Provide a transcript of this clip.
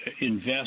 invest